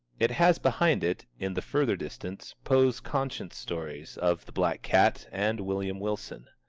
it has behind it, in the further distance, poe's conscience stories of the black cat, and william wilson.